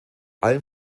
allem